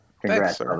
Congrats